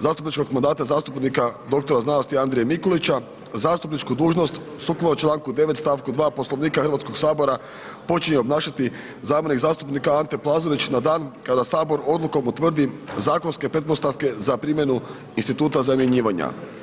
zastupničkog mandata zastupnika doktora znanosti Andrije Mikulića, zastupničku dužnost sukladno članku 9., stavku 2. Poslovnika Hrvatskog sabora počinje obnašati zamjenik zastupnika Ante Plazonić na dan kada Sabor Odlukom utvrdi zakonske pretpostavke za primjenu instituta zamjenjivanja.